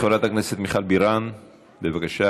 חברת הכנסת מיכל בירן, בבקשה,